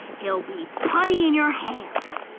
he'll be putty in your hands.